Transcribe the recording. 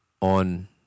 on